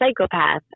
psychopath